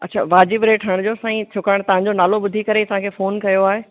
अच्छा वाजिबु रेट हणिजो साईं छाकाणि तव्हांजो नालो ॿुधी करे ई तव्हां खे फ़ोन कयो आहे